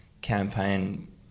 campaign